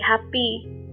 happy